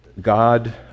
God